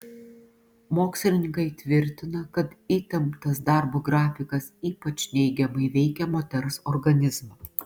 mokslininkai tvirtina kad įtemptas darbo grafikas ypač neigiamai veikia moters organizmą